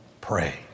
pray